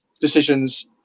decisions